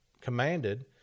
commanded